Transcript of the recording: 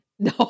No